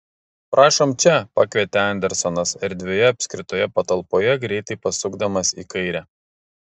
prašom čia pakvietė andersonas erdvioje apskritoje patalpoje greitai pasukdamas į kairę